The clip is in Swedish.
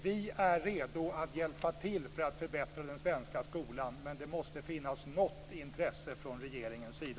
Vi är redo att hjälpa till för att förbättra den svenska skolan, men det måste finnas något intresse från regeringens sida.